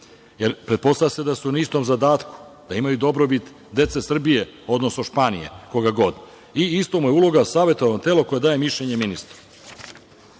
Pretpostavlja se da su na istom zadatku, da imaju dobrobit dece Srbije, odnosno Španije, koga god. Ista mu je uloga – savetodavno telo koje daje mišljenje ministru.